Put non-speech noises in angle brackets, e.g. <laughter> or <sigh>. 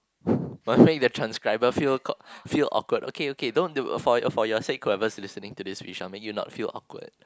<laughs> must make the transcriber feel k~ feel awkward okay okay don't do it for your for your sake whoever is listening to this we shall make you not feel awkward